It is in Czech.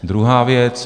Druhá věc.